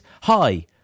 Hi